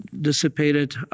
dissipated